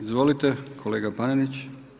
Izvolite kolega Panenić.